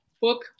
book